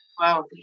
Wow